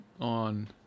on